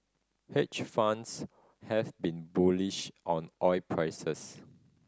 hedge funds have been bullish on oil prices